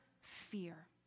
fear